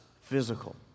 physical